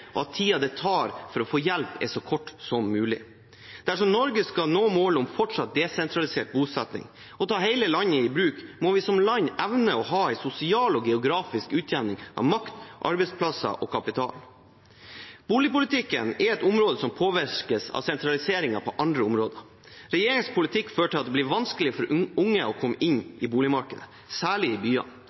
og at tiden det tar for å få hjelp, er så kort som mulig. Dersom Norge skal nå målet om fortsatt desentralisert bosetting og å ta hele landet i bruk, må vi som land evne å ha en sosial og geografisk utjevning av makt, arbeidsplasser og kapital. Boligpolitikken er et område som påvirkes av sentraliseringen på andre områder. Regjeringens politikk fører til at det blir vanskeligere for unge å komme inn i boligmarkedet, særlig i byene.